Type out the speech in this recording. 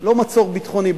לא מצור ביטחוני,